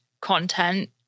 content